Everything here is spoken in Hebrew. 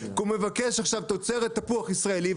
כי הוא מבקש עכשיו תוצרת תפוח ישראלי,